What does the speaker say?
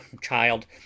child